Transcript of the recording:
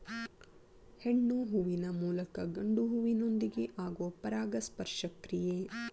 ಹೆಣ್ಣು ಹೂವಿನ ಮೂಲಕ ಗಂಡು ಹೂವಿನೊಂದಿಗೆ ಆಗುವ ಪರಾಗಸ್ಪರ್ಶ ಕ್ರಿಯೆ